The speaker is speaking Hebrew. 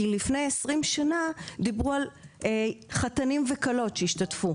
כי לפני 20 שנה דיברו על חתנים וכלות שישתתפו,